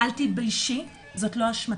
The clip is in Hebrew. אל תתביישי, זאת לא אשמתך.